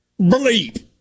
bleep